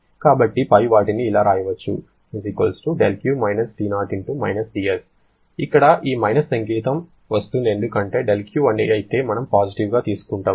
కాబట్టి పై వాటిని ఇలా వ్రాయవచ్చు δQ - T0 - dS ఇక్కడ ఈ మైనస్ సంకేతం వస్తుంది ఎందుకంటే δQ అయితే మనం పాజిటివ్గా తీసుకుంటున్నాము